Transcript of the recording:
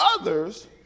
others